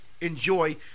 enjoy